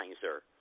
sir